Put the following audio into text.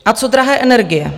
A co drahé energie?